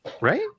Right